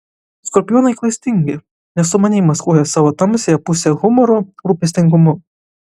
skorpionai klastingi nes sumaniai maskuoja savo tamsiąją pusę humoru rūpestingumu